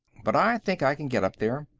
but i think i can get up there.